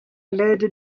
l’aide